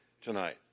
tonight